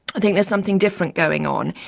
i think there's something different going on.